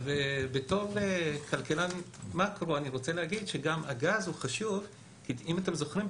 בתור כלכלן מקרו אני רוצה להגיד שגם הגז הוא חשוב כי אם אתם זוכרים,